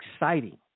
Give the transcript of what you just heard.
exciting